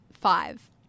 five